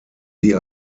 sie